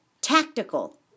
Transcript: Tactical